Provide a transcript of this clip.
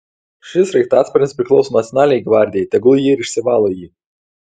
šis sraigtasparnis priklauso nacionalinei gvardijai tegul ji ir išsivalo jį